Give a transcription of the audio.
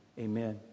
Amen